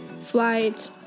flight